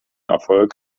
erfolg